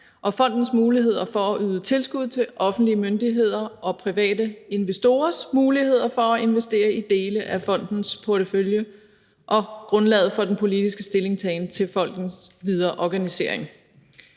og fondens muligheder for at yde tilskud til offentlige myndigheder og private investorers muligheder for at investere i dele af fondens portefølje og grundlaget for den politiske stillingtagen til fondens videre organisering.